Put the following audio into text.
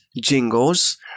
jingles